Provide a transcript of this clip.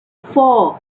four